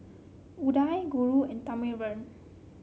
Udai Guru and Thamizhavel